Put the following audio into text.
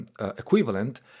equivalent